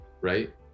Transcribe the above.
right